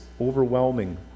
overwhelming